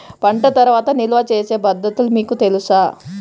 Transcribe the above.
పంట తర్వాత నిల్వ చేసే పద్ధతులు మీకు తెలుసా?